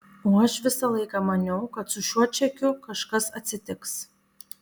o aš visą laiką maniau kad su šiuo čekiu kažkas atsitiks